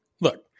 Look